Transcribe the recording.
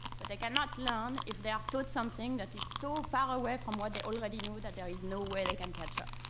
but they cannot learn if they are taught something that is so far away from what they already know that there is no way they can catch up.